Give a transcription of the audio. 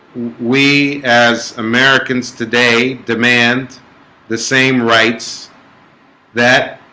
we as americans today demand the same rights that